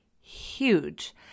huge